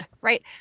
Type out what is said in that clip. right